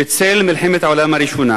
בצל מלחמת העולם הראשונה